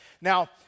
Now